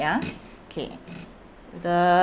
ya okay with the~